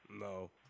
no